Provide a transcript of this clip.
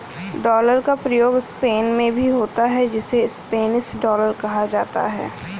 dollar का प्रयोग Spain में भी होता है जिसे स्पेनिश डॉलर कहा जाता है